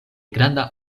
granda